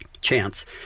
chance